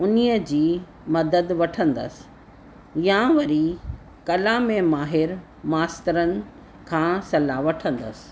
उन जी मदद वठंदसि या वरी कला में माहिर मास्तरनि खां सलाह वठंदसि